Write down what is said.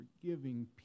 forgiving